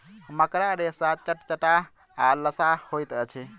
मकड़ा रेशा चटचटाह आ लसाह होइत अछि